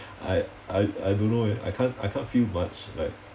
I I I don't know eh I can't I can't feel much like